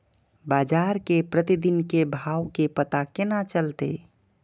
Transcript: बजार के प्रतिदिन के भाव के पता केना चलते?